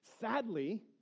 Sadly